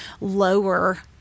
lower